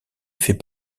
fait